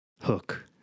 hook